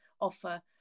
offer